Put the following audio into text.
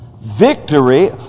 victory